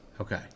Okay